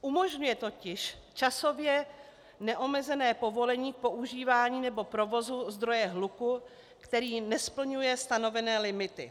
Umožňuje totiž časově neomezené povolení k používání nebo provozu zdroje hluku, který nesplňuje stanovené limity.